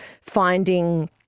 finding